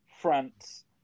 France